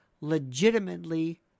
legitimately